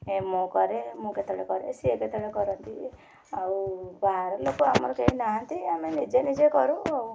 ମୁଁ କରେ ମୁଁ କେତେବେଳେ କରେ ସିଏ କେତେବେଳେ କରନ୍ତି ଆଉ ବାହାର ଲୋକ ଆମର କେହି ନାହାଁନ୍ତି ଆମେ ନିଜେ ନିଜେ କରୁ ଆଉ